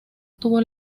obtuvo